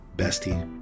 bestie